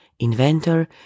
inventor